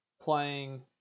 playing